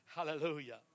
Hallelujah